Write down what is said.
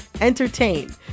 entertain